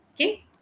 okay